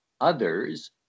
others